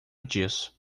disso